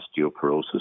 osteoporosis